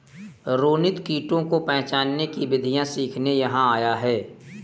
रोनित कीटों को पहचानने की विधियाँ सीखने यहाँ आया है